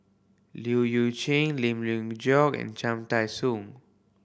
Leu Chye Lim Geok and Cham Tai Soon